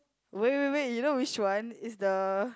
wait wait wait you know which one is the